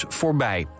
voorbij